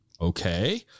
okay